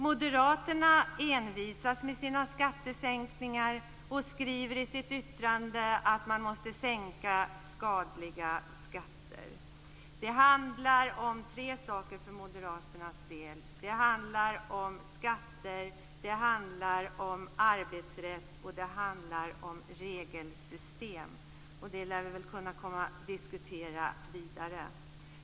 Moderaterna envisas med sina skattesänkningar och skriver i sitt yttrande att man måste sänka "skadliga skatter". Det handlar om tre saker för moderaternas del: om skatter, om arbetsrätt och om regelsystem. Det lär vi väl komma att diskutera vidare.